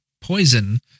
poison